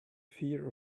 fear